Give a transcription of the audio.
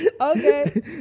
Okay